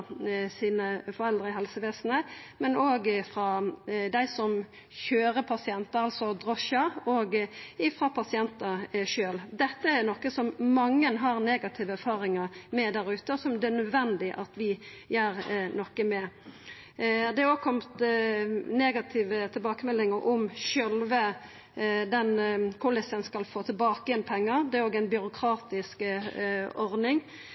i helsevesenet, men òg frå dei som køyrer pasientar, altså drosjesjåførar og frå pasientane sjølve. Dette er noko som mange har negative erfaringar med der ute, og som det er nødvendig at vi gjer noko med. Det er òg kome negative tilbakemeldingar om korleis ein skal få tilbake pengar. Det er ei byråkratisk ordning. Og